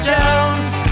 Jones